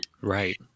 Right